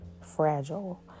fragile